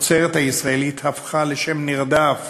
התוצרת הישראלית הפכה לשם נרדף